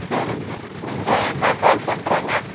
சரிங்க நீங்கள் நான் கால் பண்ணுறேங்க